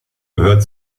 gehört